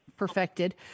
perfected